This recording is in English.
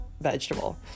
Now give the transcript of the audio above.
vegetable